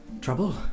trouble